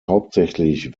hauptsächlich